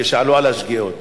כשעלו על השגיאות.